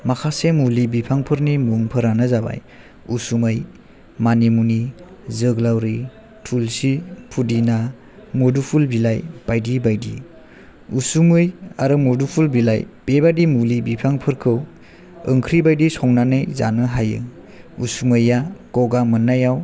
माखासे मुलि बिफांफोरनि मुंफोरान जाबाय उसुमै मानि मुनि जोगोलावरि थुलसि फुदिना मुदुफुल बिलाइ बायदि बायदि उसुमै आरो मुदुफुल बिलाइ बेबायदि मुलि बिफांफोरखौ ओंख्रि बायदि संनानै जानो हायो उसुमैया गगा मोननायाव